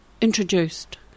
introduced